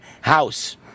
house